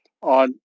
on